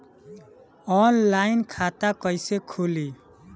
Online खाता कईसे खुलि?